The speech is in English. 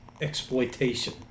exploitation